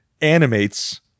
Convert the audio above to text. animates